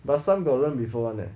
but some got learn before [one] leh